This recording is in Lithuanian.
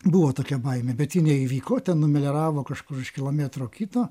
buvo tokia baimė bet ji neįvyko ten numelioravo kažkur už kilometro kito